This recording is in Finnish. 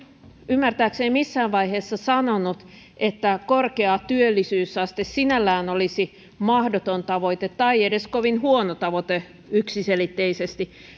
ymmärtääkseni missään vaiheessa sanonut että korkea työllisyysaste sinällään olisi mahdoton tavoite tai edes kovin huono tavoite yksiselitteisesti